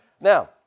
Now